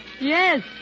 Yes